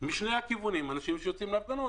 משני הכיוונים: אנשים שיוצאים להפגנות,